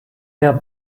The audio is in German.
herr